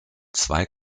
zwei